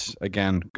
Again